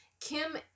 Kim